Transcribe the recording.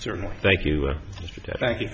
certainly thank you thank you